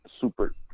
super